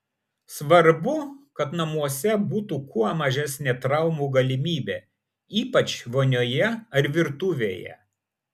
svarbu kad namuose būtų kuo mažesnė traumų galimybė ypač vonioje ar virtuvėje